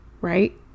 right